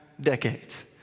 decades